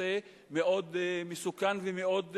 נושא מאוד מסוכן ומאוד חשוב,